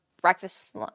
breakfast